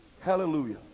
Hallelujah